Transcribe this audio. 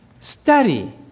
study